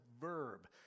verb